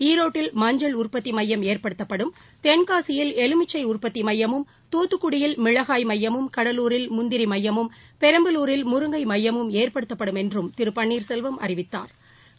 ஈரோட்டில் மஞ்சள் உற்பத்தி மையம் ஏற்படுத்தப்படும் தென்காசியில் எலுமிச்சை உற்பத்தி மையமும் தூத்துக்குடியில் மிளகாய் மையமும் கடலூரில் முந்திரி மையமும் பெரம்பலூரில் முருங்கை மையமும் ஏற்படுத்தப்படும் என்றும் திரு பன்னீர்செல்வம் அறிவித்தாா்